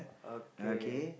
okay